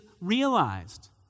realized